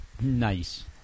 Nice